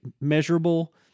Measurable